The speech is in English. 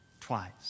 twice